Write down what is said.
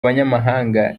abanyamahanga